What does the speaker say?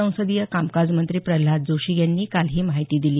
संसदीय कामकाज मंत्री प्रल्हाद जोशी यांनी काल ही माहिती दिली